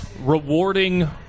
rewarding